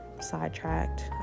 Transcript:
sidetracked